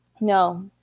No